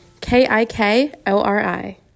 K-I-K-O-R-I